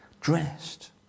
dressed